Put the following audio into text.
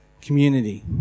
community